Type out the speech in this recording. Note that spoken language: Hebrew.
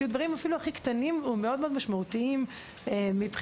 דברים הכי קטנים הם מאוד משמעותיים כדי